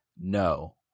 no